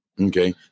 Okay